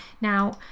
Now